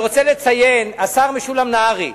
השר משולם נהרי,